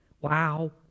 Wow